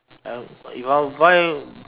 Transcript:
I if I'll buy